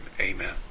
Amen